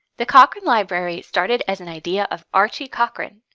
the cochrane library started as an idea of archie cochrane,